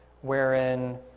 wherein